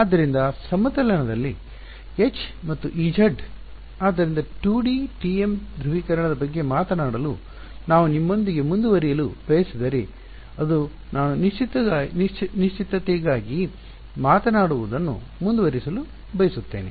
ಆದ್ದರಿಂದ ಸಮತಲದಲ್ಲಿ H ಮತ್ತು Ez ಆದ್ದರಿಂದ 2D TM ಧ್ರುವೀಕರಣದ ಬಗ್ಗೆ ಮಾತನಾಡಲು ನಾನು ನಿಮ್ಮೊಂದಿಗೆ ಮುಂದುವರಿಯಲು ಬಯಸಿದರೆ ಅದು ನಾನು ನಿಶ್ಚಿತತೆಗಾಗಿ ಮಾತನಾಡುವುದನ್ನು ಮುಂದುವರಿಸಲು ಬಯಸುತ್ತೇನೆ